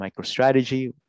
MicroStrategy